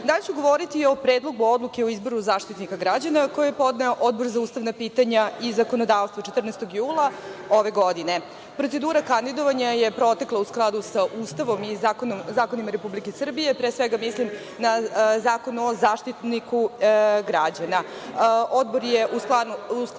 danas ću govoriti o Predlogu odluke o izboru Zaštitnika građana koji je podneo Odbor za ustavna pitanja i zakonodavstvo 14. jula ove godine. Procedura kandidovanja je protekla u skladu sa Ustavom i zakonima Republike Srbije, pre svega mislim na Zakon o Zaštitniku građana. Odbor je, u skladu